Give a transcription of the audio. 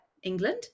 England